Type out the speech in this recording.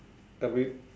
a bit